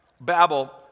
Babel